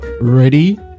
Ready